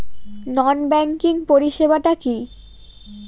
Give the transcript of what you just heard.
নন banking পরিষেবা টা কি?